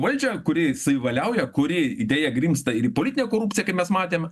valdžią kuri savivaliauja kuri deja grimzta ir į politinę korupciją kaip mes matėm